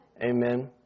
Amen